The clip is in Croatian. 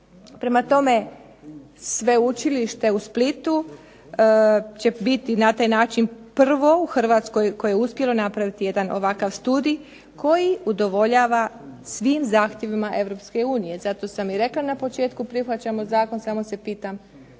Prema tome sveučilište u Splitu će biti na taj način prvo u Hrvatskoj koje je uspjelo napraviti jedan ovakav studij, koji udovoljava svim zahtjevima Europske unije, zato sam i rekla na početku prihvaćamo zakon, samo se pitam